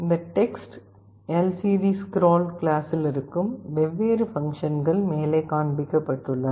இந்த TextLCDScroll கிளாஸில் இருக்கும் வெவ்வேறு பங்ஷன்கள் மேலே காண்பிக்கப்படுகின்றன